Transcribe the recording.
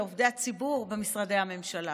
לעובדי ציבור במשרדי הממשלה.